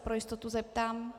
Pro jistotu se zeptám.